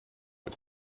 its